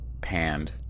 panned